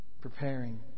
Preparing